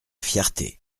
fierté